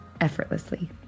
effortlessly